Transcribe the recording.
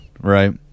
right